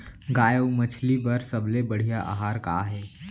गाय अऊ मछली बर सबले बढ़िया आहार का हे?